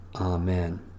Amen